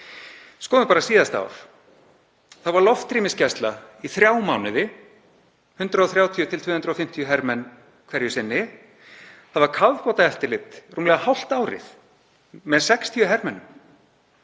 Skoðum bara síðasta ár. Þá var loftrýmisgæsla í þrjá mánuði, 130–250 hermenn hverju sinni. Það var kafbátaeftirlit rúmlega hálft árið með 60 hermönnum.